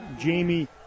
Jamie